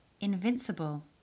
Invincible